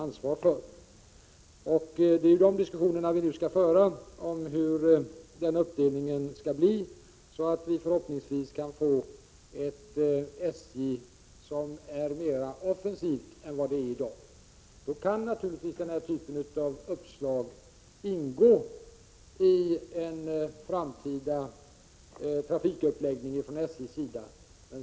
Vi skall nu föra diskussionerna om hur denna uppdelning skall genomföras så att vi förhoppningsvis får ett SJ som är mera offensivt än vad det är i dag. Naturligtvis kan den här typen av uppslag ingå i den framtida trafikuppläggningen för SJ.